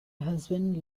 husband